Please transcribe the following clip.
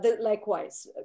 likewise